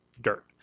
dirt